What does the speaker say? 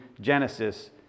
Genesis